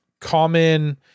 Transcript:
common